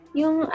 yung